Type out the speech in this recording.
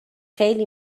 خیلی